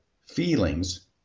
feelings